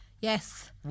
Yes